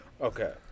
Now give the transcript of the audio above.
Okay